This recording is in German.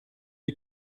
die